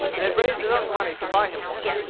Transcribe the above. and had raised enough money to buy him one.